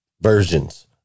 versions